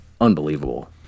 unbelievable